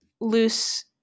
loose